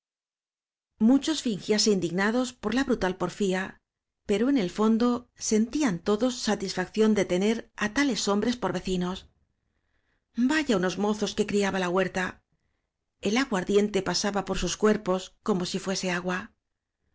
muchos fingíanse indignados por la brutal porfía pero en el fondo sentían todos satisfac ción de tener á tales hombres por vecinos vaya unos mozos que criaba la huerta el aguardiente pasaba por sus cuerpos como si fuese agua